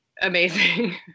amazing